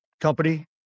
company